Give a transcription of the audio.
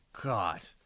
God